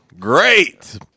Great